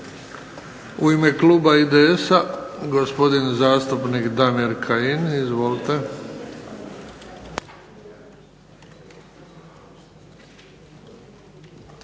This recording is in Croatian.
U ime kluba IDS-a gospodin zastupnik Damir Kajin. Izvolite.